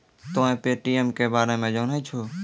तोंय पे.टी.एम के बारे मे जाने छौं?